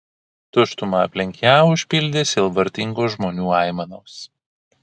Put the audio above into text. tuštumą aplink ją užpildė sielvartingos žmonių aimanos